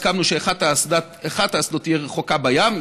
הסכמנו שאחת האסדות תהיה רחוקה בים,